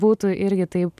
būtų irgi taip